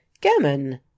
Gammon